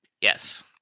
Yes